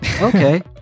Okay